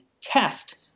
test